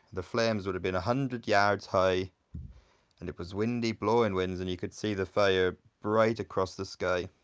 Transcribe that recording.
the flames would have been a hundred yards high and it was windy, blowing winds, and you could see the fire bright across the sky.